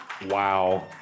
Wow